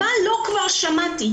מה לא כבר שמעתי.